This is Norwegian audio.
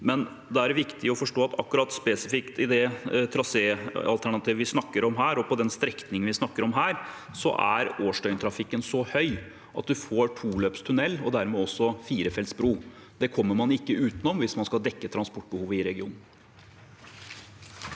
er det viktig å forstå at akkurat spesifikt i forbindelse med det traséalternativet vi snakker om her, og på den strekningen vi snakker om her, er årsdøgntrafikken så høy at man får toløpstunnel og dermed også firefelts bro. Det kommer man ikke utenom hvis man skal dekke transportbehovet i regionen.